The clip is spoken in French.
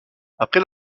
après